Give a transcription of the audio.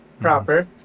proper